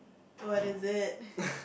what is it